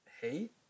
hate